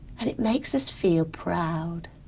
and it makes us feel proud.